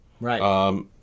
Right